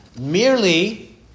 merely